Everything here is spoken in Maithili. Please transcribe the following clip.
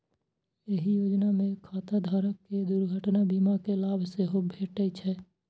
एहि योजना मे खाता धारक कें दुर्घटना बीमा के लाभ सेहो भेटै छै